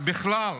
בכלל,